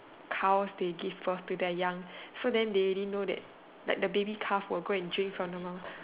cows they give birth to their young so then they already know that like the baby calf will go and drink from the mom